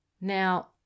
Now